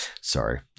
sorry